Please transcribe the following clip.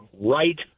right